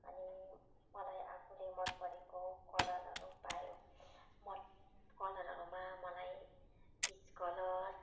अनि मलाई आफूले मन परेको कलरहरू पायो मन कलरहरूमा मलाई पिच कलर